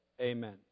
Amen